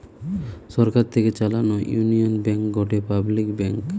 সরকার থেকে চালানো Union Bank গটে পাবলিক ব্যাঙ্ক